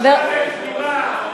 בושה וכלימה.